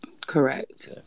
correct